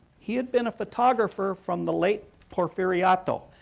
he had been a photographer from the late porfiriato,